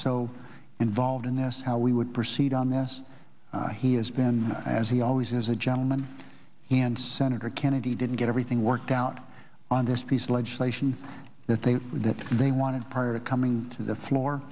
so involved in this how we would proceed on this he has been as he always is a gentleman he and senator kennedy didn't get everything worked out on this piece of legislation the things that they wanted prior to coming to the floor